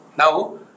Now